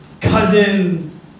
cousin